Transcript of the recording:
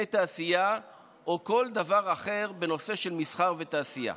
תעשייה או כל דבר אחר בנושא של מסחר ותעשייה,